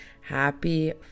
Happy